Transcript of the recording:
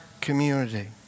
community